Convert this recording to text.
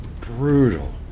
Brutal